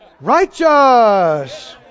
righteous